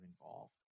involved